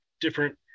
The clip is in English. different